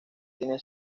tiene